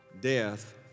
death